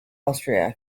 austria